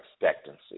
expectancy